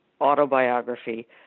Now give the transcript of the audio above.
autobiography